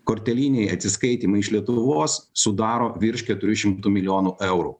korteliniai atsiskaitymai iš lietuvos sudaro virš keturių šimtų milijonų eurų